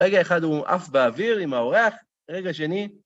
רגע אחד הוא עף באוויר עם האורח, רגע שני...